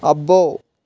అబ్బో